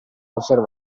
osservava